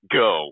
go